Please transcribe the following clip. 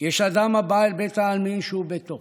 יש אדם הבא אל בית העלמין שהוא ביתו,